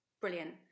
Brilliant